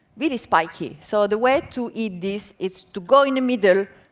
really spiky, so the way to eat this is to go in the middle,